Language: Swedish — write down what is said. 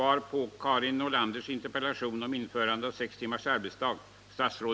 Men på den punkten har jag tydligen en annan bedömning än industriministern.